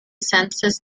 census